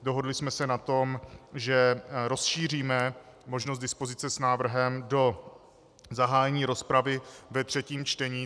Dohodli jsme se na tom, že rozšíříme možnost dispozice s návrhem do zahájení rozpravy ve třetím čtení.